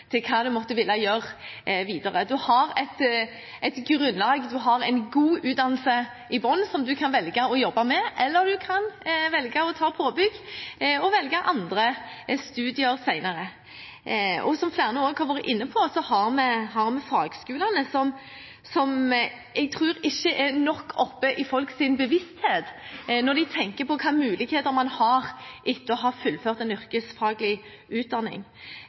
til hva man enn måtte ville gjøre videre. Man har et grunnlag, man har en god utdannelse i bunnen som man kan velge å jobbe med, eller man kan velge å ta påbygg og velge andre studier senere. Som flere også har vært inne på, har vi fagskolene, som jeg ikke tror er nok oppe i folks bevissthet når de tenker på hvilke muligheter man har etter å ha fullført en yrkesfaglig utdanning.